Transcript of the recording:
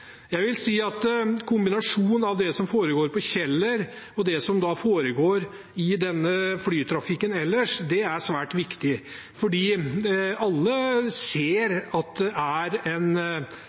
Jeg vil si at kombinasjonen av det som foregår på Kjeller, og det som foregår i denne flytrafikken ellers, er svært viktig. For alle ser at det er en